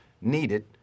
needed